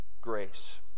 grace